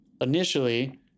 initially